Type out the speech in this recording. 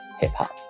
hip-hop